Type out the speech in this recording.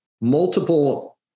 multiple